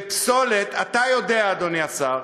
בפסולת, אתה יודע, אדוני השר,